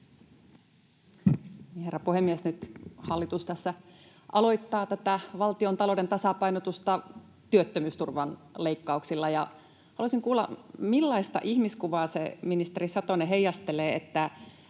Herra puhemies! Nyt hallitus tässä aloittaa tätä valtiontalouden tasapainotusta työttömyysturvan leikkauksilla. Haluaisin kuulla, millaista ihmiskuvaa, ministeri Satonen, heijastelee